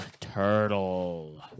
turtle